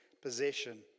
possession